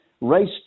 Race